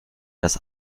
das